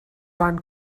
van